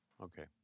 Okay